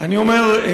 אני אומר,